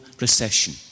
recession